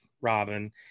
Robin